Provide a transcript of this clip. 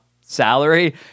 salary